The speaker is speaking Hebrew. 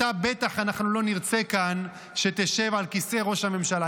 אותה בטח שלא נרצה שתשב כאן על כיסא ראש הממשלה.